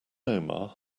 omar